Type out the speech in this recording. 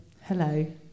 Hello